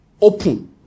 open